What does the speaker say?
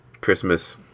Christmas